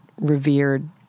revered